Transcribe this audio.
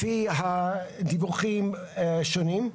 לפי הדיווחים השונים,